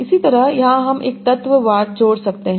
इसी तरह यहां हम एक तत्व वार जोड़ सकते हैं